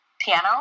piano